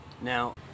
Now